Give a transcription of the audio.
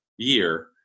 year